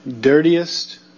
dirtiest